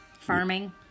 farming